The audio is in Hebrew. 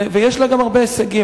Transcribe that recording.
יש לה גם הרבה הישגים.